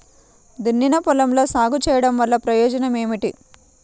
దున్నిన పొలంలో సాగు చేయడం వల్ల ప్రయోజనం ఏమిటి?